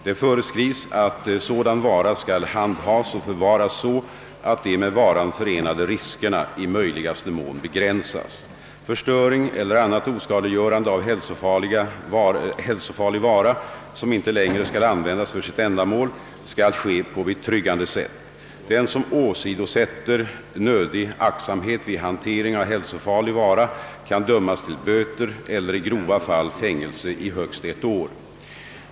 Det föreskrivs att sådan vara skall handhas och förvaras så att de med varan förenade riskerna i möjligaste mån begränsas. Förstöring eller annat oskadliggörande av hälsofarlig vara, som inte längre skall användas för sitt ändamål, skall ske på betryggande sätt. Den som åsidosätter nödig aktsamhet vid hantering av hälsofarlig vara kan dömas till böter eller, i grova fall, fängelse i högst ett år.